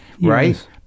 right